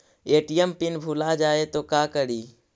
ATM PIN भुला जाए तो का करी?